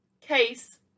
case